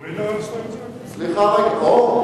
גם מהביטוח הלאומי דרשת את זה?